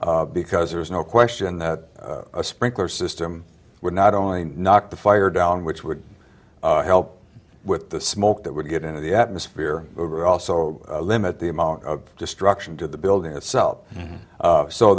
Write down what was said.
because there is no question that a sprinkler system would not only knock the fire down which would help with the smoke that would get into the atmosphere or also limit the amount of destruction to the building itself